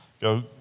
Go